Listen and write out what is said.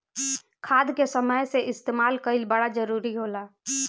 खाद के समय से इस्तेमाल कइल बड़ा जरूरी होला